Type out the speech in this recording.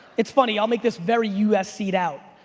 it's funny, i'll make this very usc'd out,